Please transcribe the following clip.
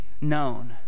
known